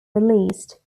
released